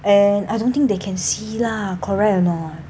and I don't think they can see lah correct or not